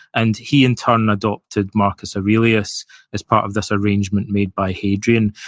and he in turn adopted marcus aurelius as part of this arrangement made by hadrian.